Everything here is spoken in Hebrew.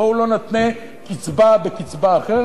בואו לא נתנה קצבה בקצבה אחרת,